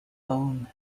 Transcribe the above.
own